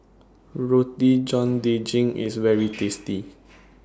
Roti John Daging IS very tasty